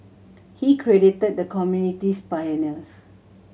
he credited the community's pioneers